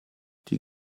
die